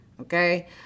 Okay